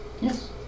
Yes